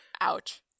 Ouch